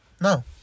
No